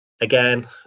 Again